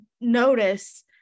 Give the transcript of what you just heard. notice